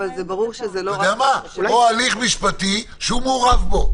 אבל זה ברור שזה לא רק --- או "הליך משפטי שהוא מעורב בו".